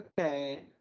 Okay